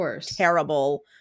terrible